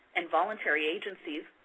and voluntary agencies,